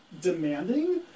demanding